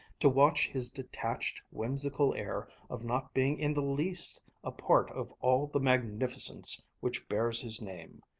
to watch his detached, whimsical air of not being in the least a part of all the magnificence which bears his name.